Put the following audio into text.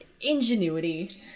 Ingenuity